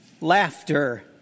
laughter